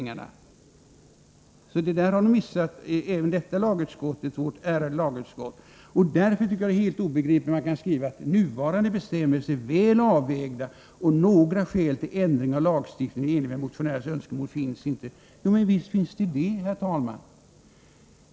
Även detta har vårt ärade lagutskott missat. Jag tycker därför att det är helt obegripligt att utskottet kan skriva: ”Nuvarande bestämmelser är väl avvägda och några skäl till ändring av lagstiftningen i enlighet med motionärens önskemål finns inte.” Visst finns det skäl till det, herr talman!